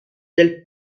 del